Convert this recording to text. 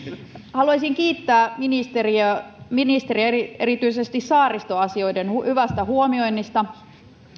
haluaisin kiittää ministeriä erityisesti saaristoasioiden hyvästä huomioinnista